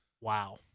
Wow